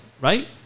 right